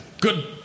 Good